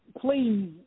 please